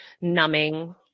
numbing